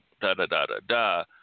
da-da-da-da-da